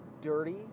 dirty